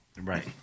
Right